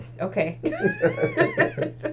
Okay